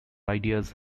ideas